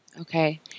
Okay